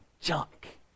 junk